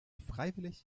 freiwillig